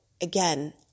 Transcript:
again